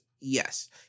Yes